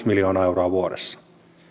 miljoonaa euroa vuodessa